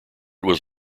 was